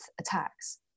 attacks